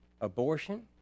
abortion